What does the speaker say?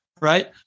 Right